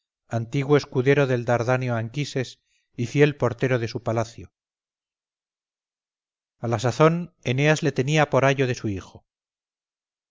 antiguo escudero del dardáneo anquises y fiel portero de su palacio a la sazón eneas le tenía por ayo de su hijo